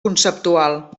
conceptual